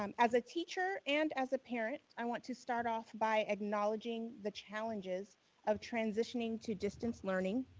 um as a teacher and as a parent, i want to start off by acknowledging the challenges of transitioning to distance learning,